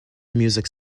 music